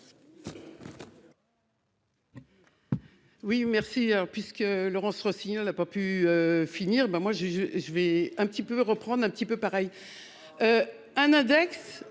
Oui merci puisque Laurence Rossignol a pas pu finir. Ben moi je, je vais un petit peu reprendre un petit peu pareil. Un index